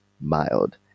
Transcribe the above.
mild